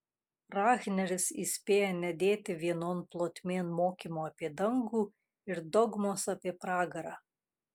rahneris įspėja nedėti vienon plotmėn mokymo apie dangų ir dogmos apie pragarą